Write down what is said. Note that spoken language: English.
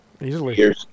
easily